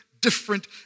Different